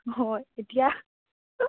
হয় এতিয়া